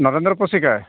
Narendra